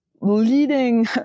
leading